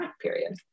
period